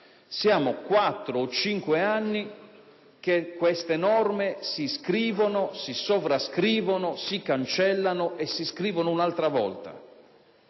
Sono quattro o cinque anni che queste norme si scrivono, si sovrascrivono, si cancellano e si scrivono un'altra volta.